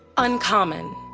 uncommon,